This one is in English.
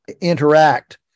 interact